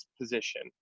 position